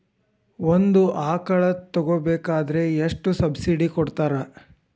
ಒಂದು ಆಕಳ ತಗೋಬೇಕಾದ್ರೆ ಎಷ್ಟು ಸಬ್ಸಿಡಿ ಕೊಡ್ತಾರ್?